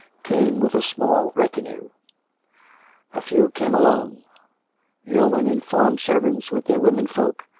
came with a small retinue a few came alone yeomen and farm servants, with their women folk,